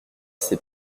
ses